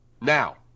Now